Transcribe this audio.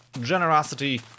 generosity